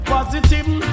Positive